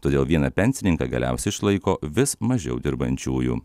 todėl vieną pensininką galiausiai išlaiko vis mažiau dirbančiųjų